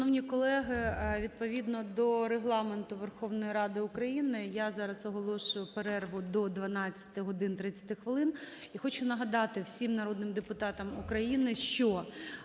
Шановні колеги, відповідно до Регламенту Верховної Ради України я зараз оголошую перерву до 12 годин 30 хвилин. І хочу нагадати всім народним депутатам України, що